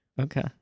Okay